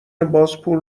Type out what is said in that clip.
نداشته